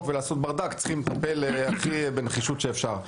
ולעשות ברדק צריך לטפל בנחישות הרבה ביותר,